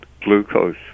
glucose